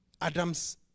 adam's